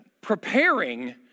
preparing